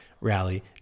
rally